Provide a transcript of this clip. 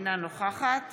אינה נוכחת